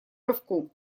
рывку